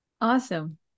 Awesome